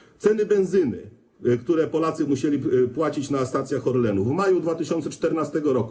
Chodzi o ceny benzyny, które Polacy musieli płacić na stacjach Orlenu w maju 2014 r.